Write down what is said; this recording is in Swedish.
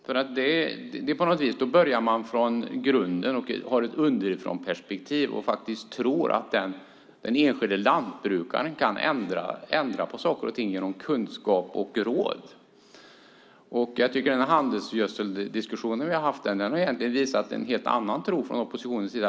Man börjar från grunden och har ett underifrånperspektiv, och man tror att den enskilde lantbrukaren kan ändra på saker och ting genom kunskap och råd. Den handelsgödseldiskussion som vi har haft har egentligen visat en helt annan tro från oppositionens sida.